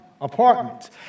apartments